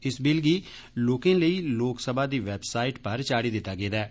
इस बिल गी लोकें लेई लोकसभा दी वैबसाईट पर चाढ़ी दिता गेदा ऐ